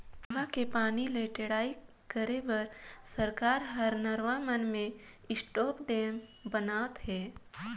नरूवा के पानी ले टेड़ई करे बर सरकार हर नरवा मन में स्टॉप डेम ब नात हे